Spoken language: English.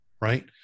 Right